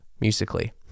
musically